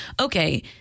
okay